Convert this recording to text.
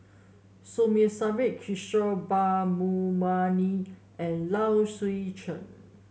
Som Kishore and Low Swee Chen